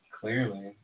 Clearly